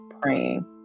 praying